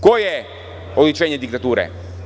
Ko je oličenje diktature?